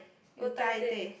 oh Thai teh